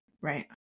right